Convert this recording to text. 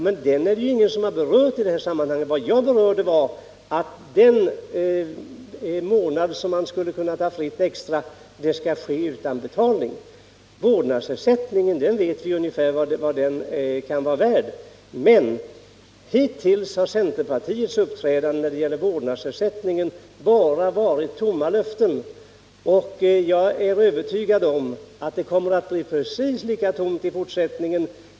Men den har ju ingen berört i det här sammanhanget. Det jag tog upp var frågan om den extra månad som man skulle kunna ta ledigt men som man inte skulle få någon ersättning för. Vad vårdnadsersättningen kan vara värd känner vi ju någorlunda till, och i det avseendet har centerpartiets agerande bara inneburit tomma löften. Jag är övertygad om att det kommer att bli precis lika tomt i fortsättningen.